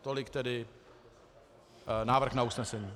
Tolik tedy návrh na usnesení.